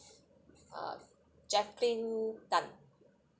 uh jacqueline tan